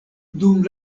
dum